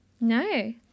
No